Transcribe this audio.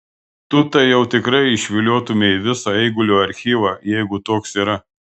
tu tai jau tikrai išviliotumei visą eigulio archyvą jeigu toks yra